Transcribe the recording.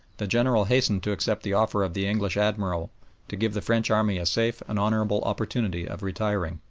the general hastened to accept the offer of the english admiral to give the french army a safe and honourable opportunity of retiring.